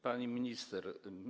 Pani Minister!